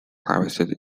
harvested